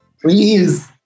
Please